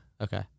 Okay